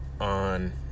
on